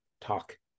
talk